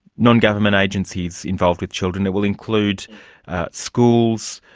non-government agencies involved with children, it will include schools,